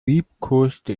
liebkoste